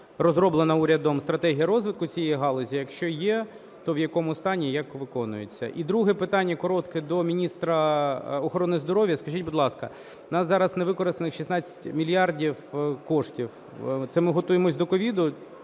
розроблена урядом стратегія розвитку цієї галузі? Якщо є, то в якому стані, як виконується? І друге питання коротке до міністра охорони здоров'я. Скажіть, будь ласка, в нас зараз невикористаних 16 мільярдів коштів. Це ми готуємося до COVID?